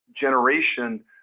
generation